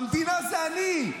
המדינה זה אני.